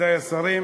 מכובדי השרים,